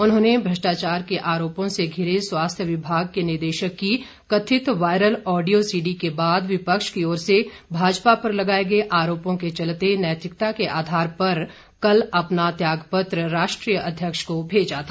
उन्होंने भ्रष्टाचार के आरोपों से घिरे स्वास्थ्य विभाग के निदेशक की कथित वायरल ऑडियो सीडी के बाद विपक्ष की ओर से भाजपा पर लगाए गए आरोपों के चलते नैतिकता के आधार पर कल अपना त्याग पत्र राष्ट्रीय अध्यक्ष को भेजा था